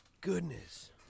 goodness